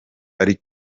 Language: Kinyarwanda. ari